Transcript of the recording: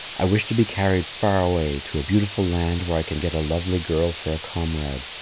i wish to be carried far away to a beautiful land where i can get a lovely girl for a comrade,